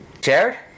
Jared